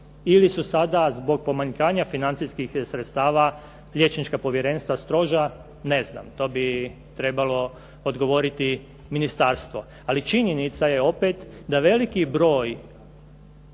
ili su sada zbog pomanjkanja financijskih sredstava liječnička povjerenstva stroža, ne znam, to bi trebalo odgovoriti ministarstvo, ali činjenica je opet da veliki broj